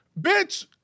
bitch